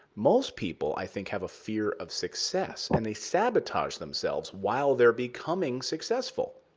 most people, i think, have a fear of success. and they sabotage themselves while they're becoming successful.